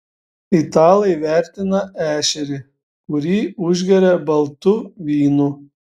italai vertina ešerį kurį užgeria baltu vynu